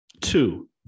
Two